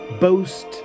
boast